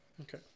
okay